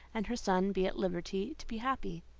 and her son be at liberty to be happy.